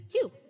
Two